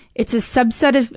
it's a subset